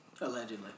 Allegedly